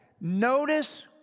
Notice